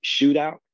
shootout